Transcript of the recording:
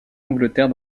angleterre